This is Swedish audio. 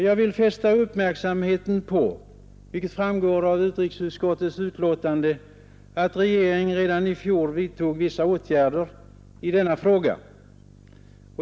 Jag vill fästa uppmärksamheten på att — vilket också framgår av utrikesutskottets betänkande — regeringen redan i fjol vidtog vissa åtgärder i denna fråga.